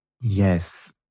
Yes